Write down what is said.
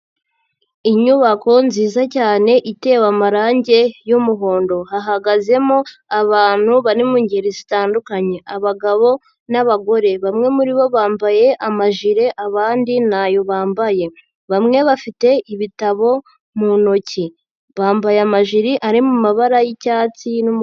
Inyubako nziza cyane itewe amarangi y'umuhondo. Hahagazemo abantu bari mu ngeri zitandukanye. Abagabo n'abagore. Bamwe muri bo bambaye amajire abandi ntayo bambaye. Bamwe bafite ibitabo mu ntoki. Bambaye amajire ari mu mabara y'icyatsi n'umu.